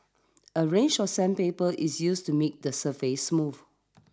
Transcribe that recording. a range of sandpaper is used to make the surface smooth